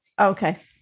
Okay